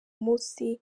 umunsi